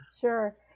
Sure